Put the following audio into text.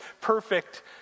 perfect